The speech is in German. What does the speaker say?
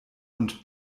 und